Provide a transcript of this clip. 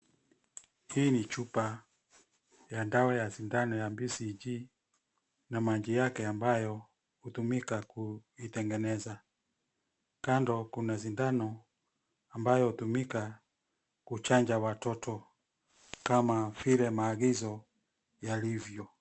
Hii ni chupa ya dawa ya sindano ya BCG na maji yake ambayo hutumika kuitengeneza. Kando kuna sindano ambayo hutumika kuchanja watoto kama vile maagizo yalivyo.